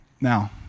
now